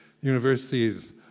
universities